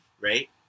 Right